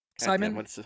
Simon